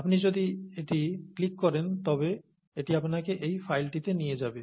আপনি যদি এটি ক্লিক করেন তবে এটি আপনাকে এই ফাইলটিতে নিয়ে যাবে